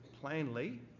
plainly